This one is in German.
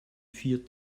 vier